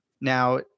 now